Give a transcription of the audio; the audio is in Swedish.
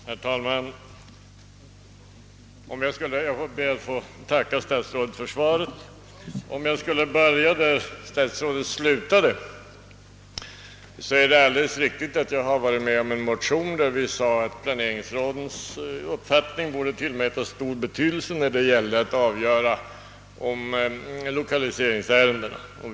Herr talman! Jag ber att få tacka statsrådet för svaret. Om jag skall börja där statsrådet slutade, vill jag säga att det är alldeles riktigt att jag varit med om att väcka en motion, där vi sade att planeringsrådens uppfattning borde tillmätas stor betydelse när det gäller att avgöra 1okaliseringsärendena.